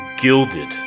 Gilded